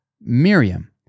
Miriam